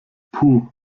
puh